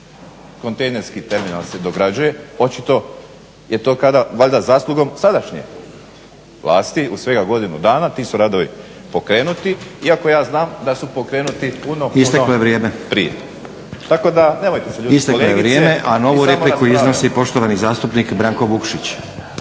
kontejnerski terminal se dograđuje. Očito je to valjda zaslugom sadašnje vlasti u svega godinu dana. Ti su radovi pokrenuti, iako ja znam da su pokrenuti puno, puno prije. …/Upadica Stazić: Isteklo je vrijeme./… Tako da nemojte se ljutiti kolegice … **Stazić, Nenad (SDP)** Isteklo je vrijeme. A novu repliku iznosi poštovani zastupnik Branko Vukšić.